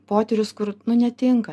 poterius kur nu netinka